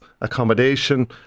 accommodation